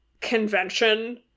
convention